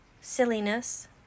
silliness